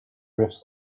drifts